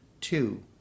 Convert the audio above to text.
Two